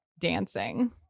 dancing